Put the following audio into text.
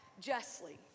justly